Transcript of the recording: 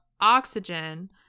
Oxygen